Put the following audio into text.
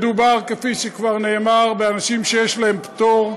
מדובר, כפי שכבר נאמר, באנשים שיש להם פטור.